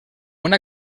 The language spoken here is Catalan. una